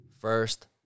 first